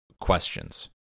questions